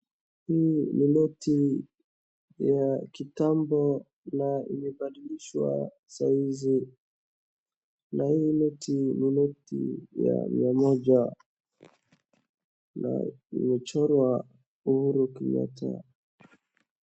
Hii ni noti ya kitambo na imebadilishwa sahizi na hii noti, ni noti ya mia moja na imechorwa Uhuru Kenyatta.